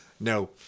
No